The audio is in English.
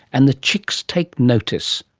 and the chicks take notice.